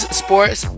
sports